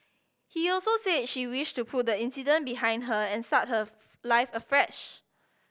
he also said she wished to put the incident behind her and start her life afresh